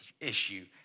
issue